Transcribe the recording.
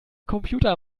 computer